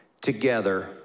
together